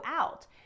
out